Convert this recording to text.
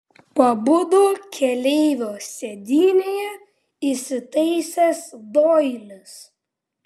pabudo keleivio sėdynėje įsitaisęs doilis